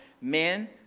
men